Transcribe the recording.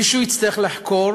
מישהו יצטרך לחקור